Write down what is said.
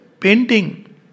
painting